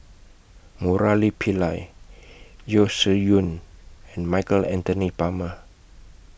Murali Pillai Yeo Shih Yun and Michael Anthony Palmer